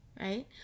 right